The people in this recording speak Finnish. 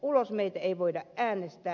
ulos meitä ei voida äänestää